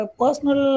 personal